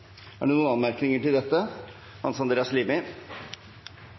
Er det noen anmerkninger til dette? – Hans Andreas Limi.